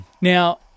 Now